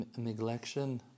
neglection